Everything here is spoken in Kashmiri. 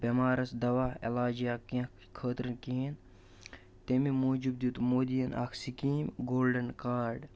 بٮ۪مارَس دَوا علاج یا کیٚنٛہہ خٲطرٕ کِہیٖنۍ تَمہِ موٗجوٗب دیُت مودِیَن اَکھ سِکیٖم گولڈَن کارڈ